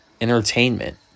entertainment